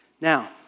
Now